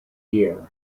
year